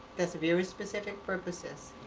has very specific purposes.